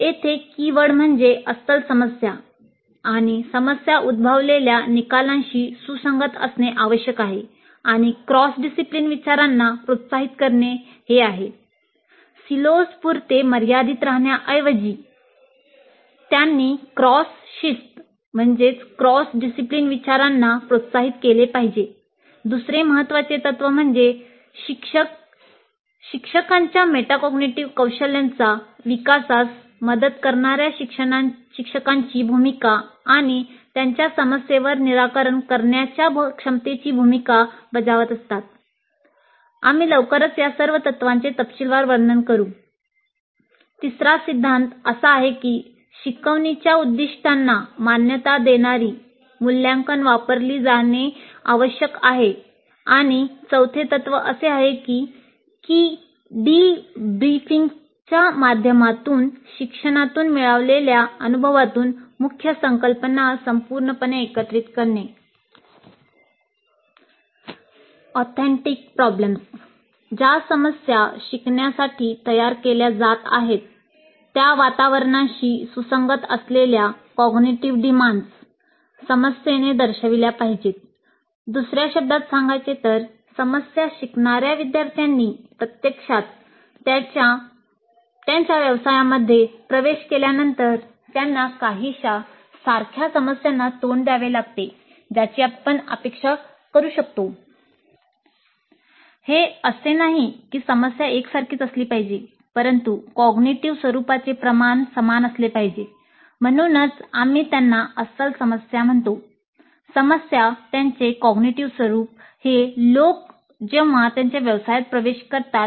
येथे कीवर्ड तिसरा सिद्धांत असा आहे की शिकवणीच्या उद्दीष्टांना मान्यता देणारी मूल्यांकन वापरली जाणे आवश्यक आहे आणि चौथे तत्व असे आहे कि डीब्रीफिंगच्या माध्यमातून शिक्षणातून मिळवलेल्या अनुभवातून मुख्य संकल्पना संपूर्णपणे एकत्रित करणे ऑथेंटिक प्रॉब्लेम्स प्रवेश केल्यानंतर त्यांना काहीशा सारख्या समस्याना तोंड द्यावे लागते ज्याची आपण अपेक्षा करतो हे असे नाही की समस्या एकसारखीच असली पाहिजे परंतु कॉग्निटिव्ह स्वरुपाच्या असतात